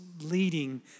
leading